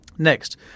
Next